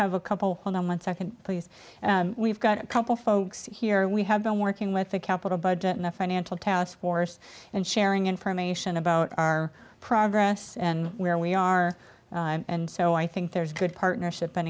have a couple one on one second please we've got a couple folks here we have been working with the capital budget and the financial task force and sharing information about our progress and where we are and so i think there's a good partnership